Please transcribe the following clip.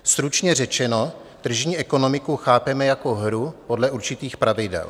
Stručně řečeno, tržní ekonomiku chápeme jako hru podle určitých pravidel.